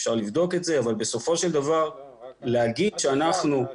אפשר לבדוק את זה אבל בסופו של דבר להגיד שייקוב